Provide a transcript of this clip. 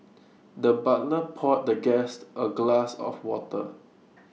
the butler poured the guest A glass of water